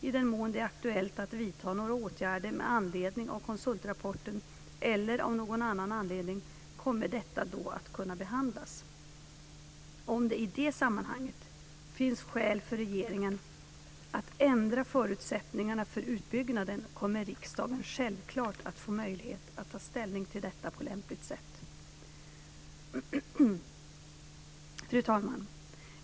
I den mån det är aktuellt att vidta några åtgärder med anledning av konsultrapporten eller av någon annan anledning kommer detta att då kunna behandlas. Om det i det sammanhanget finns skäl för regeringen att ändra förutsättningarna för utbyggnaden kommer riksdagen självklart att få möjlighet att ta ställning till detta på lämpligt sätt. Fru talman!